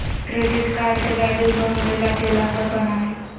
credit card के value loan लेला देला पर बना हइ